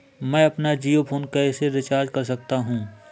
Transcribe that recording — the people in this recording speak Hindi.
मैं अपना जियो फोन कैसे रिचार्ज कर सकता हूँ?